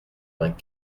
vingt